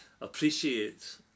appreciate